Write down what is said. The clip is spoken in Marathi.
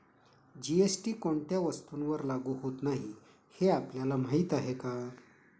जी.एस.टी कोणत्या वस्तूंवर लागू होत नाही हे आपल्याला माहीत आहे का?